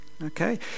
Okay